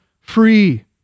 free